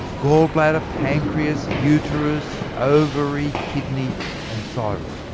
gallbladder, pancreas uterus, ovary, kidney and thyroid.